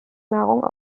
nahrung